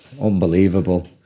unbelievable